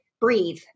breathe